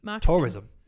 tourism